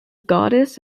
goddess